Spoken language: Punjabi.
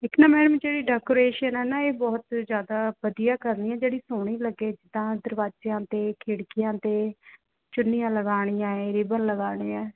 ਇੱਕ ਨਾ ਮੈਮ ਜਿਹੜੀ ਡੇੈਕੋਰੇਸ਼ਨ ਹੈ ਨਾ ਇਹ ਬਹੁਤ ਜ਼ਿਆਦਾ ਵਧੀਆ ਕਰਨੀ ਹੈ ਜਿਹੜੀ ਸੋਹਣੀ ਲੱਗੇ ਤਾਂ ਦਰਵਾਜ਼ਿਆਂ 'ਤੇ ਖਿੜਕੀਆਂ 'ਤੇ ਚੁੰਨੀਆਂ ਲਗਾਉਣੀਆਂ ਹੈ ਰੀਬਨ ਲਗਾਉਣੇ ਹੈ